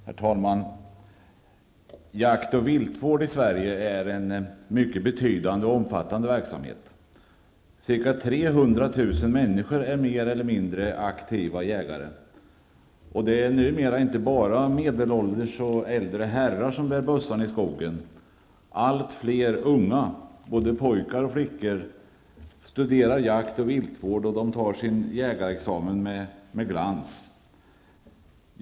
Herr talman! Jakt och viltvård är i Sverige en mycket betydande och omfattande verksamhet. Ca 300 000 människor är mer eller mindre aktiva jägare. Det är numera inte bara medelålders och äldre herrar som bär bössan i skogen. Allt fler unga, både pojkar och flickor, studerar jakt och viltvård och tar sin jägarexamen med glans.